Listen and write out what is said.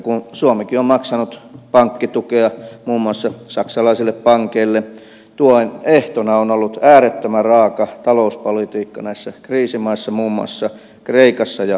kun suomikin on maksanut pankkitukea muun muassa saksalaisille pankeille tuen ehtona on ollut äärettömän raaka talouspolitiikka näissä kriisimaissa muun muassa kreikassa ja espanjassa